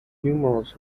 numerous